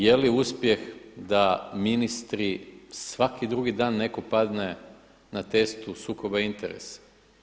Je li uspjeh da ministri svaki drugi dan netko padne na testu sukoba interesa?